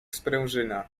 sprężyna